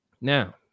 Now